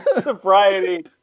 Sobriety